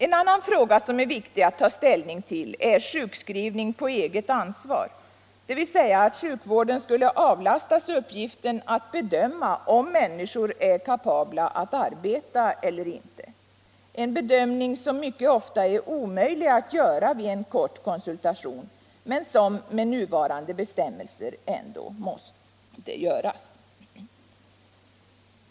En annan fråga som det är viktigt att ta ställning till är sjukskrivning på eget ansvar, dvs. sjukvården skulle avlastas uppgiften att bedöma om människor är kapabla att arbeta eller inte, en bedömning som mycket ofta är omöjlig att göra vid en enda kort konsultation men som med nuvarande bestämmelser ändå måste göras.